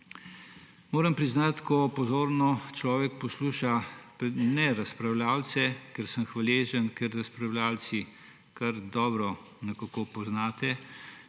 Moram priznati, ko pozorno človek posluša, ne razpravljavcev, ker sem hvaležen, ker razpravljavci kar dobro nekako poznate